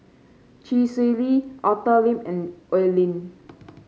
Chee Swee Lee Arthur Lim and Oi Lin